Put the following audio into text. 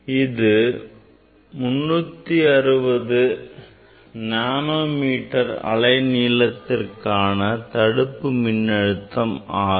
இது 360 nanometre அலைநீளத்திற்கான தடுப்பு மின்னழுத்தம் ஆகும்